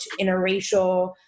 interracial